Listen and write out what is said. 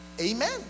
Amen